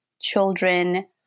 children